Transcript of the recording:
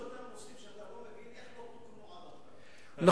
זה מסוג הנושאים שאתה לא מבין איך לא תוקנו עד עכשיו.